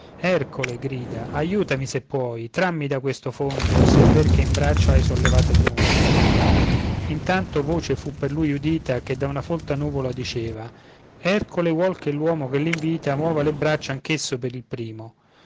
ercole grida aiutami se puoi trammi da questo fondo se è ver che in braccio hai sollevato il mondo intanto voce fu per lui udita che da una folta nuvola diceva ercole vuol che l'uomo che l'invita muova le braccia anch'esso per il primo